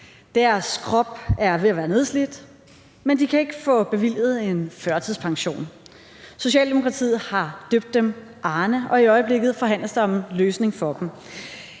Deres krop er ved at være nedslidt, men de kan ikke få bevilget en førtidspension. Socialdemokratiet har døbt dem Arne, og i øjeblikket forhandles der om en løsning for dem.